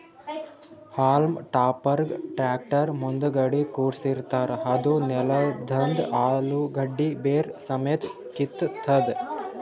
haulm ಟಾಪರ್ಗ್ tractor ಮುಂದಗಡಿ ಕುಡ್ಸಿರತಾರ್ ಅದೂ ನೆಲದಂದ್ ಅಲುಗಡ್ಡಿ ಬೇರ್ ಸಮೇತ್ ಕಿತ್ತತದ್